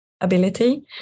ability